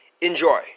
Enjoy